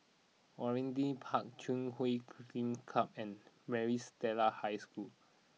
Waringin Park Chui Huay Club and Maris Stella High School